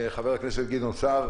חבר הכנסת גדעון סער.